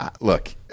Look